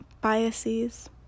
biases